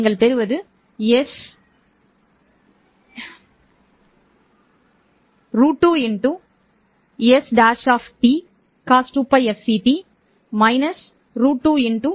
நீங்கள் பெறுவது s2sI cos2π f ct − s2sQ sin 2π f ct